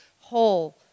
whole